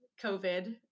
COVID